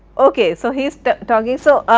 ok, so he is talking. so ah